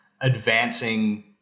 advancing